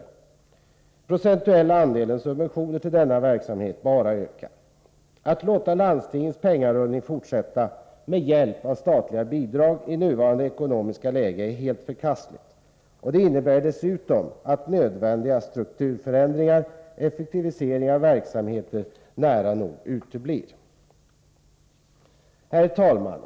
Den procentuella andelen subventioner till denna verksamhet bara ökar. Att låta landstingens pengarullning fortsätta med hjälp av statliga bidrag i nuvarande ekonomiska läge är helt förkastligt. Det innebär dessutom att nödvändiga strukturförändringar och effektivisering av verksamheter nära nog uteblir. Herr talman!